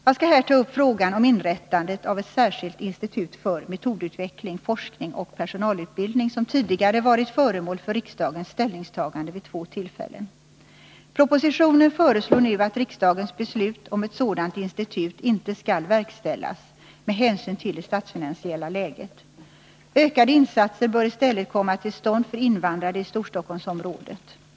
Jag skall här ta upp frågan om inrättandet av ett särskilt institut för metodutveckling, forskning och personalutbildning, som tidigare varit föremål för riksdagens ställningstagande vid två tillfällen. Propositionen föreslår nu att riksdagens beslut om ett sådant institut inte skall verkställas, med hänsyn till det statsfinansiella läget. Ökade insatser för invandrare i Storstockholmsområdet bör i stället komma till stånd.